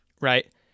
right